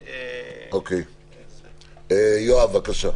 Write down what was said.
יואב, בבקשה.